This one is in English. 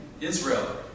Israel